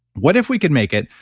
what if we could make it.